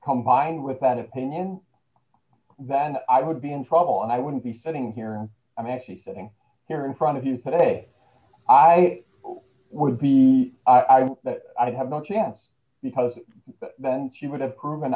combined with that opinion then i would be in trouble and i wouldn't be sitting here i'm actually sitting here in front of you put a i would be i have no chance because then she would have proven